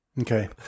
okay